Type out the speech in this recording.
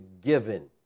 given